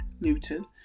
Newton